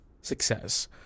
success